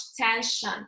tension